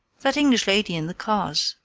that english lady in the cars,